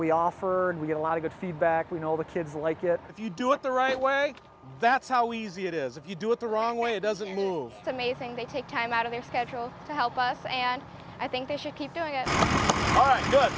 we offered we had a lot of good feedback we know the kids like it if you do it the right way that's how easy it is if you do it the wrong way it doesn't mean it's amazing they take time out of their schedule to help us and i think they should keep doing